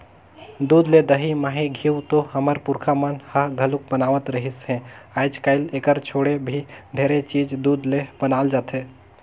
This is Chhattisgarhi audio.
दूद ले दही, मही, घींव तो हमर पूरखा मन ह घलोक बनावत रिहिस हे, आयज कायल एखर छोड़े भी ढेरे चीज दूद ले बनाल जाथे